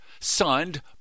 signed